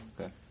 Okay